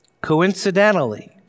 coincidentally